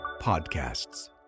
Podcasts